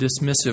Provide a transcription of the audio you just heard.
dismissive